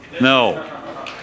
no